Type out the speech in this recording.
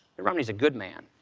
mitt romney's a good man.